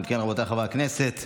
אם כן, רבותיי חברי הכנסת,